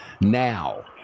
now